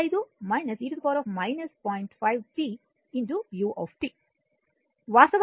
5 t u